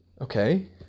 Okay